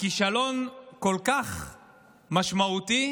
הכישלון כל כך משמעותי,